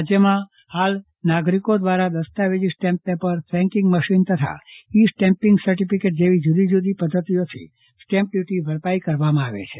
રાજ્યમાં હાલ નાગરિકો દ્વારા દસ્તાવેજી સ્ટેમ્પ પેપર ફ્રેન્કિંગ મશીન તથા ઈ સ્ટેમ્પિંગ સર્ટિફિકેટ જેવી જુદી જુદી પધ્ધતિઓથી સ્ટેમ્પ ડ્યુટી ભરપાઈ કરવામાં આવે છે